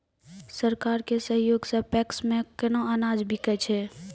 सरकार के सहयोग सऽ पैक्स मे केना अनाज बिकै छै?